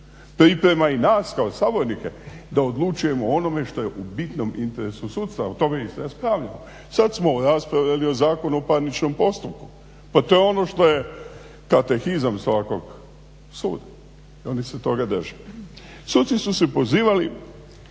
priprema i nas kao sabornike da odlučujemo o onome što je u bitnom interesu sudstva o tome ministar raspravlja. Sada smo u raspravi o Zakonu o parničnom postupku pa to je ono što je katekizam svakog suda i oni se toga drže. Suci su se pozivali